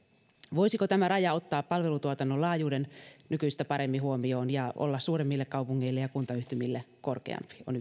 voisiko tämä raja ottaa palvelutuotannon laajuuden nykyistä paremmin huomioon ja olla suuremmille kaupungeille ja kuntayhtymille korkeampi se on